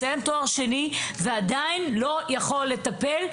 מסיים תואר שני ועדיין לא יכול לטפל,